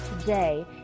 today